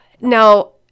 Now